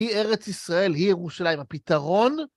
היא ארץ ישראל, היא ירושלים, הפתרון